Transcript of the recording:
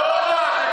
טמבל.